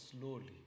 slowly